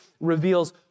reveals